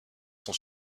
sont